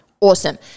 awesome